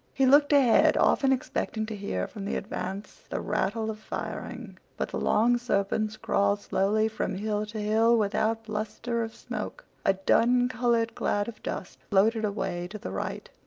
he looked ahead, often expecting to hear from the advance the rattle of firing. but the long serpents crawled slowly from hill to hill without bluster of smoke. a dun-colored cloud of dust floated away to the right.